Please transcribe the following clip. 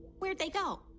where'd they go?